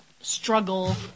struggle